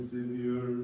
Savior